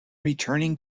returning